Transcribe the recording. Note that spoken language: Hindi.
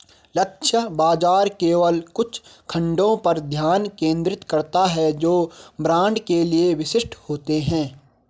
लक्ष्य बाजार केवल कुछ खंडों पर ध्यान केंद्रित करता है जो ब्रांड के लिए विशिष्ट होते हैं